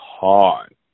hard